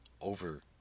over